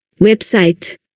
Website